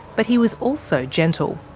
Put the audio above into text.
but he was also gentle.